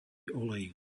olej